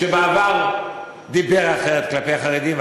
שבעבר דיבר אחרת כלפי החרדים,